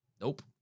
nope